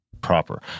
proper